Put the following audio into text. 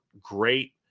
great